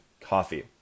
coffee